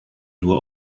nur